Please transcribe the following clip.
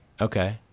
Okay